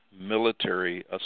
military